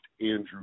Andrew